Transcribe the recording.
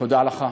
תודה לך,